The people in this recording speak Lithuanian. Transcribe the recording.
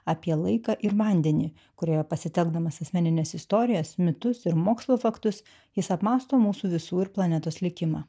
apie laiką ir vandenį kurioje pasitelkdamas asmenines istorijas mitus ir mokslo faktus jis apmąsto mūsų visų ir planetos likimą